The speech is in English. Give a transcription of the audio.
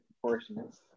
proportions